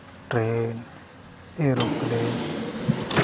train aeroplane